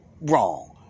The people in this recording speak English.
Wrong